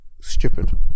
stupid